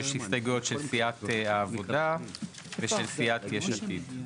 יש הסתייגות של סיעת העבודה ושל סיעת יש עתיד.